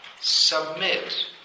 submit